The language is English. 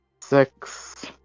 Six